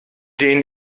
den